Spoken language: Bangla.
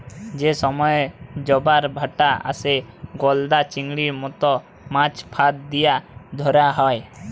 যে সময়ে জবার ভাঁটা আসে, গলদা চিংড়ির মত মাছ ফাঁদ দিয়া ধ্যরা হ্যয়